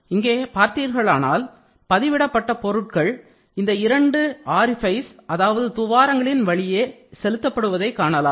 இங்கே பார்த்தீர்களானால் பதிவிடப்பட்ட பொருட்கள் இந்த இரண்டு ஆரிஃபைஸ் அதாவது துவாரங்களின் வழியாக செலுத்தப்படுவதை காணலாம்